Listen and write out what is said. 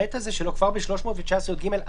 בעצם תוכנית ההפעלה תהיה חלק מן ההחלטה על עיכוב